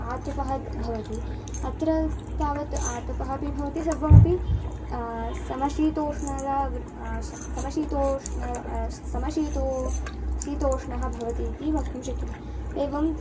आतपः भवति अत्र तावत् आतपः अपि भवति सर्वमपि समशीतोष्णः वृ समशीतोष्णः समशीतोष्णः शीतोष्णः भवति इति वक्तुं शक्यते एवं